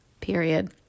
period